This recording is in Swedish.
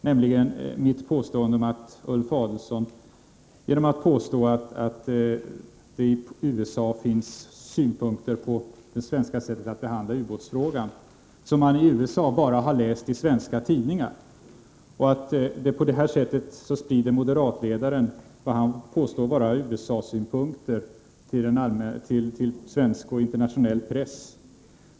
Jag avser för det första mitt påpekande att moderatledaren Ulf Adelsohn, genom att påstå att det i USA finns synpunkter på det svenska sättet att behandla ubåtsfrågan, som man i USA bara har läst om i svenska tidningar, tror sig sprida USA:s synpunkter till svensk och internationell press.